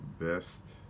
best